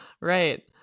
Right